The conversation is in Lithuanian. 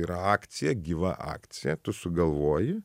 yra akcija gyva akcija tu sugalvoji